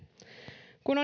kun